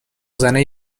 زنه